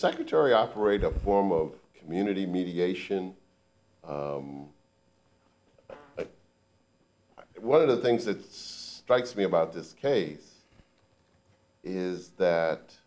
secretary operate a form of community mediation one of the things that strikes me about this case is that